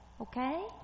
Okay